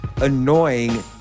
annoying